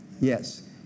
Yes